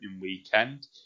weekend